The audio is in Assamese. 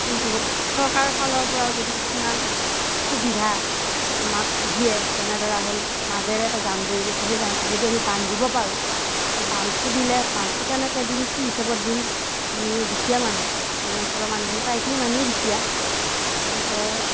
কিন্তু চৰকাৰৰ ফালৰ পৰাও যদি কিছুমান সুবিধা আমাক দিয়ে যেনে ধৰা হ'ল মাজেৰে এটা জান বৈ গৈছে সেই জানটো যদি আমি বান্ধিব পাৰোঁ সেই বান্ধটো দিলে বান্ধটো কেনেকৈ দিম কি হিচাপত দিম আমি দুখীয়া মানুহ এই অঞ্চলৰ মানুহখিনি প্ৰায়খিনি মানুহে দুখীয়া গতিকে